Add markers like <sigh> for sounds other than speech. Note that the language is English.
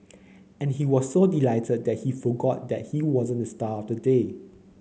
<noise> and he was so delighted that he forgot that he wasn't the star of the day